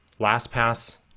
LastPass